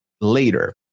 later